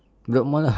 bedok mall lah